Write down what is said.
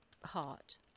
heart